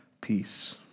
peace